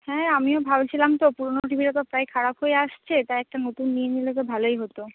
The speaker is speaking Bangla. হ্যাঁ আমিও ভাবছিলাম তো পুরনো টিভিটা তো প্রায় খারাপ হয়ে আসছে তাই একটা নতুন নিয়ে নিলে তো ভালোই হতো